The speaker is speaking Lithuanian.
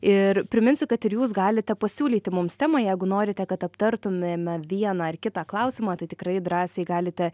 ir priminsiu kad ir jūs galite pasiūlyti mums temą jeigu norite kad aptartumėme vieną ar kitą klausimą tai tikrai drąsiai galite